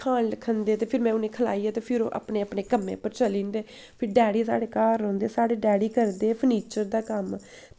सारे खान खंदे ते फिर में उ'नें गी खलाइयै ते फिर ओह् अपने अपने कम्में पर चली जंदे न फिर डैडी साढ़े घर रौंह्दे साढ़े डैडी करदे फर्नीचर दा कम्म